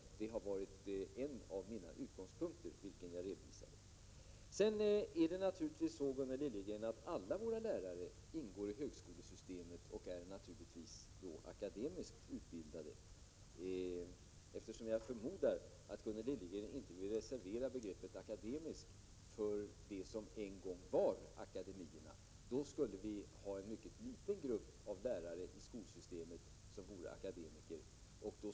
Det har varit en av mina utgångspunkter, vilket jag har redovisat. Det är naturligtvis så, Gunnel Liljegren, att alla våra lärare ingår i högskolesystemet och är akademiskt utbildade. Jag förmodar att Gunnel Liljegren inte vill reservera begreppet akademisk för det som en gång hörde till akademierna — då skulle vi ha en mycket liten grupp av lärare i skolsystemet som vore akademiker.